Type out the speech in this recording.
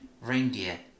Reindeer